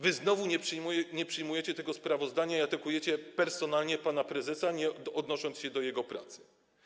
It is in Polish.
Wy znowu nie przyjmujecie tego sprawozdania i atakujecie personalnie pana prezesa, nie odnosząc się do jego pracy.